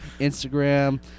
Instagram